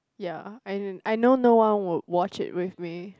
ya as in I know no one would watch it with me